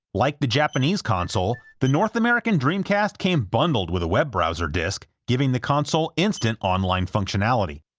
like the japanese console, the north american dreamcast came bundled with a web browser disc giving the console instant online functionality.